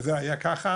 זה היה ככה